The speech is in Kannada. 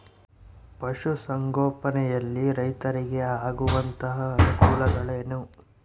ಪಶುಸಂಗೋಪನೆಯಲ್ಲಿ ರೈತರಿಗೆ ಆಗುವಂತಹ ಅನುಕೂಲಗಳು?